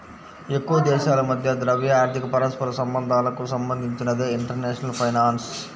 ఎక్కువదేశాల మధ్య ద్రవ్య, ఆర్థిక పరస్పర సంబంధాలకు సంబంధించినదే ఇంటర్నేషనల్ ఫైనాన్స్